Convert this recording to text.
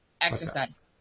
Exercise